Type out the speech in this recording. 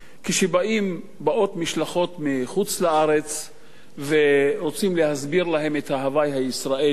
כשבאות משלחות מחוץ-לארץ ורוצים להסביר להם את ההווי הישראלי.